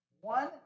one